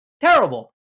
Terrible